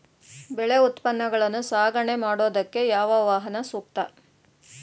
ಬೆಳೆ ಉತ್ಪನ್ನಗಳನ್ನು ಸಾಗಣೆ ಮಾಡೋದಕ್ಕೆ ಯಾವ ವಾಹನ ಸೂಕ್ತ?